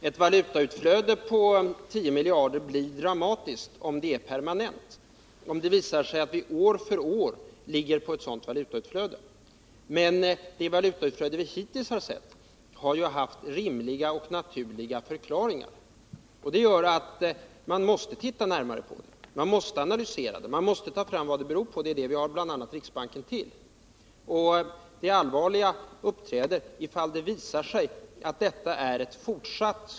Fru talman! Ett valutautflöde på 10 miljarder blir dramatiskt om det är permanent, om det visar sig att utflödet år efter år ligger på en sådan nivå. Men det valutautflöde som vi hittills har haft har det funnits rimliga och naturliga förklaringar till. Det gör att vi måste titta närmare på det nuvarande utflödet, analysera effekterna och ta reda på vad det beror på. Det är bl.a. det som vi har riksbanken till. Det allvarliga uppträder om det visar sig att det sigt valutautflöde.